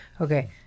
okay